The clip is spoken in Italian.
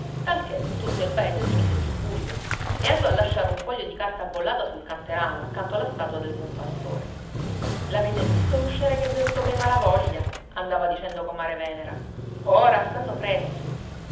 talché tutto il paese si mise in subbuglio e andò a lasciare un foglio di carta bollata sul canterano accanto alla statua del buon pastore l'avete visto l'usciere che è venuto pei malavoglia andava dicendo comare venera ora stanno freschi